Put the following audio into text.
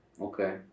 okay